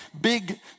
big